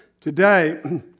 Today